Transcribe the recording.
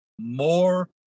more